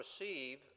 receive